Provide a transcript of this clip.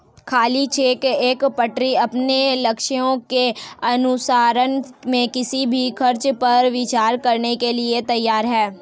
खाली चेक एक पार्टी अपने लक्ष्यों के अनुसरण में किसी भी खर्च पर विचार करने के लिए तैयार है